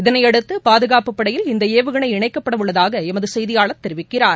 இதனையடுத்து பாதுகாப்புப் படையில் இந்த ஏவுகணை இணைக்கப்பட உள்ளதாக எமது செய்தியாளர் தெரிவிக்கிறார்